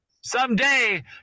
Someday